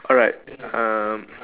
alright uh